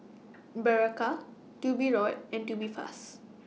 Berocca and Tubifast